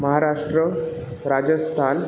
Maharashtra Rajasthan